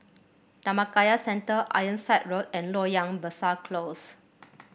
Dhammakaya Centre Ironside Road and Loyang Besar Close